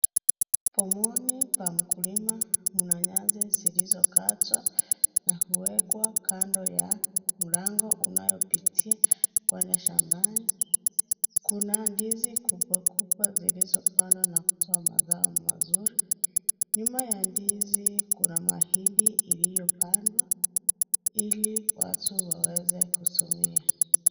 Pomoni pa mkulima, mna nyasi zilizokatwa na kuwekwa kando ya mlango unayopitia, kuenda shambani. Kuna ndizi kubwa kubwa zilizopandwa na kutoa mazao mazuri. Nyuma ya ndizi, kuna mahindi iliyopandwa, ili watu waweze kutumia.